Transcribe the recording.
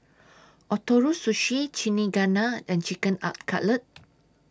Ootoro Sushi Chigenabe and Chicken Cutlet